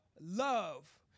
love